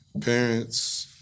parents –